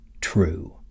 true